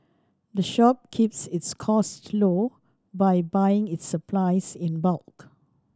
the shop keeps its costs low by buying its supplies in bulk